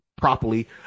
properly